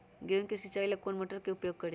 गेंहू के सिंचाई ला कौन मोटर उपयोग करी?